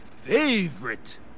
favorite